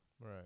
Right